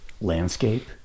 Landscape